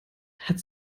hat